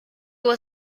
was